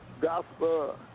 gospel